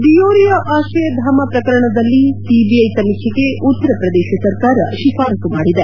ಡಿಯೋರಿಯಾ ಆಶ್ರಯಧಾಮ ಪ್ರಕರಣದಲ್ಲಿ ಸಿಜಿಐ ತನಿಖೆಗೆ ಉತ್ತರಪ್ರದೇಶ ಸರ್ಕಾರ ಶಿಫಾರಸು ಮಾಡಿದೆ